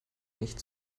nicht